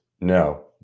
No